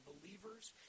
believers